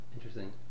Interesting